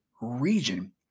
region